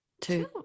two